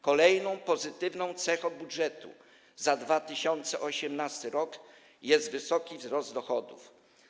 Kolejną pozytywną cechą budżetu za 2018 r. jest wysoki wzrost dochodów.